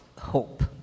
hope